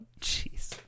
jeez